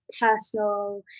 personal